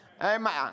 Amen